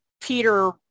Peter